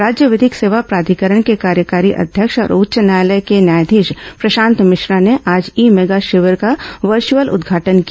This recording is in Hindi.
राज्य विधिक सेवा प्राधिकरण के कार्यकारी अध्यक्ष और उच्च न्यायालय के न्यायाधीश प्रशांत मिश्रा ने आज ई मेगा शिविर का वर्चअल उदघाटन किया